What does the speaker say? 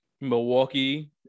Milwaukee